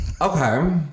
Okay